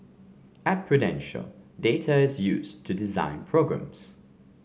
at Prudential data is used to design programmes